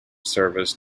service